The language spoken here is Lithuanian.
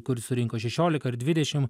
kuris suriko šešiolika ar dvidešim